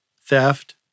theft